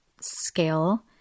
scale